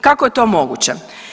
Kako je to moguće?